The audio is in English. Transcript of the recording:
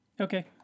okay